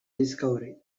discovery